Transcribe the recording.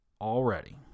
already